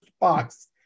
box